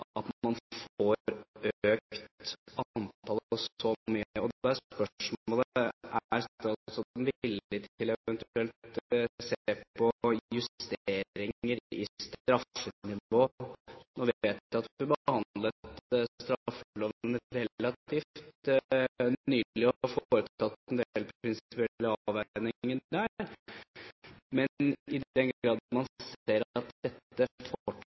at man får økt antallet så mye. Og da er spørsmålet: Er statsråden villig til eventuelt å se på justeringer i straffenivået? Jeg vet at vi behandlet straffeloven relativt nylig, og at vi foretok en del prinsipielle avveininger der, men i den grad man ser at dette